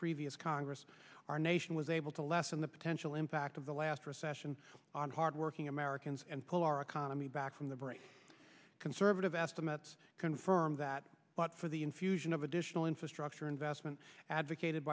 previous congress our nation was able to lessen the potential impact of the last recession on hardworking americans and pull our economy back from the very conservative estimates confirm that but for the infusion of additional infrastructure investment advocated